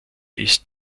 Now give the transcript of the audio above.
ist